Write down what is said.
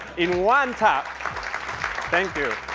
in one tap thank you.